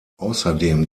außerdem